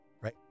right